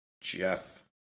Jeff